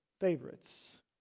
favorites